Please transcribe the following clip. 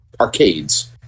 arcades